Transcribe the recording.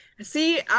See